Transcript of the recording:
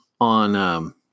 on